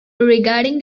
regarding